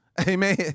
Amen